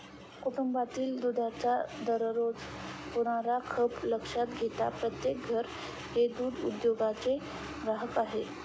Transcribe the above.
कुटुंबातील दुधाचा दररोज होणारा खप लक्षात घेता प्रत्येक घर हे दूध उद्योगाचे ग्राहक आहे